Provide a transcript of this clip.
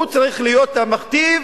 הוא צריך להיות המכתיב,